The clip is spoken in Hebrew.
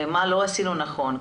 מה עשינו לא נכון,